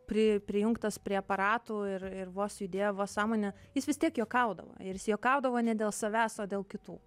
pri prijungtas prie aparatų ir ir vos judėjo vos sąmonę jis vis tiek juokaudavo ir jis juokaudavo ne dėl savęs o dėl kitų